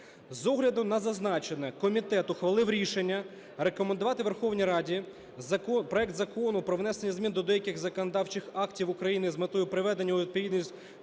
З огляду на зазначене комітет ухвалив рішення рекомендувати Верховній Раді проект Закону про внесення змін до деяких законодавчих актів України з метою приведення у відповідність